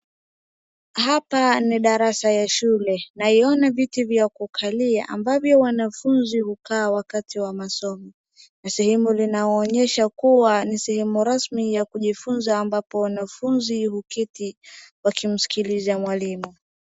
Hapa ni darasa ya shule. Naiona viti vya kukalia ambavyo wanafunzi hukaa wakati wa masomo, na sehemu linaonyesha kuwa ni sehemu rasmi ya kujifunza ambapo wanafunzi huketi wakimskiliza mwalimu.